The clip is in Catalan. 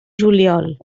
juliol